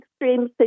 extreme